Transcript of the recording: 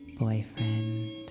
boyfriend